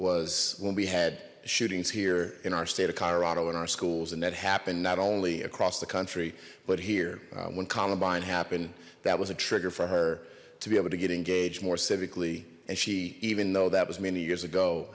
was when we had shootings here in our state of colorado in our schools and that happened not only across the country but here when columbine happened that was a trigger for her to be able to get engaged more civically and she even though that was many years ago